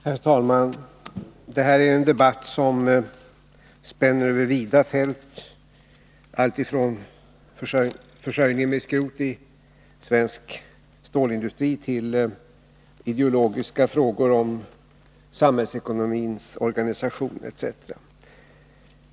Herr talman! Det här är en debatt som spänner över vida fält, alltifrån försörjningen med skrot i svensk stålindustri till ideologiska frågor om samhällsekonomins organisation etc.